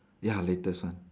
ya latest one